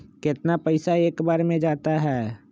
कितना पैसा एक बार में जाता है?